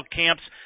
camps